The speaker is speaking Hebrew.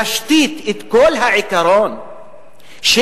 להשתית את כל העיקרון של